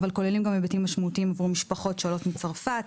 אבל כוללים גם היבטים משמעותיים כמו משפחות שעולות מצרפת,